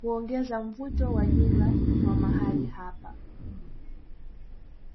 huongeza mvuto wa jumla wa mahali hapa.